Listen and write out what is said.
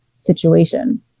Situation